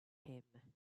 him